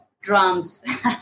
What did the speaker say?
Drums